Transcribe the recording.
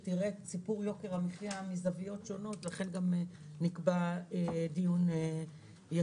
שתראה את סיפור יוקר המחייה מזוויות שונות ולכך נקבע דיון ייחודי.